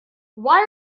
why